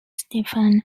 stephen